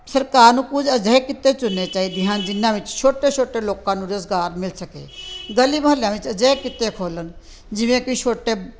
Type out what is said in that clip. ਸਰਕਾਰ ਨੂੰ ਕੁਝ ਅਜਿਹੇ ਕਿੱਤੇ ਚੁਣਨੇ ਚਾਹੀਦੇ ਹਨ ਜਿੰਨਾਂ ਵਿੱਚ ਛੋਟੇ ਛੋਟੇ ਲੋਕਾਂ ਨੂੰ ਰੁਜ਼ਗਾਰ ਮਿਲ ਸਕੇ ਗਲੀ ਮੁਹੱਲਿਆਂ ਵਿੱਚ ਅਜਿਹੇ ਕਿੱਤੇ ਖੋਲਣ ਜਿਵੇਂ ਕਿ ਛੋਟੇ